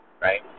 Right